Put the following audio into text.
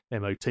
MOT